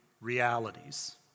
realities